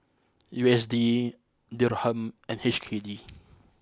U S D Dirham and H K D